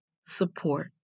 support